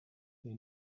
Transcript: they